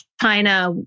China